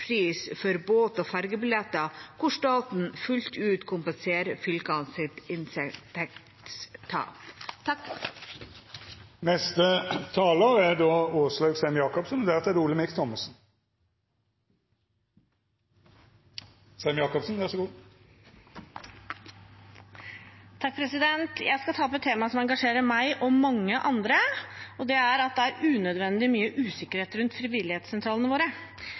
for båt- og fergebilletter hvor staten fullt ut kompenserer fylkenes inntektstap. Jeg skal ta opp et tema som engasjerer meg og mange andre. Det er at det er unødvendig mye usikkerhet rundt frivilligsentralene våre.